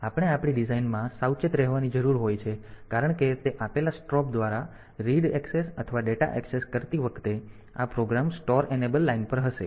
આપણે આપણી ડિઝાઇનમાં સાવચેત રહેવાની જરૂર હોય છે કારણ કે તે આપેલ સ્ટ્રોબ દ્વારા રીડ એક્સેસ અથવા ડેટા એક્સેસ કરતી વખતે આ પ્રોગ્રામ સ્ટોર અનેબલ લાઇન પર હશે